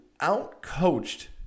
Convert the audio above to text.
out-coached